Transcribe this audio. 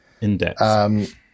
In-depth